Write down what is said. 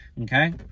okay